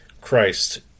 Christ